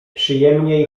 przyjemniej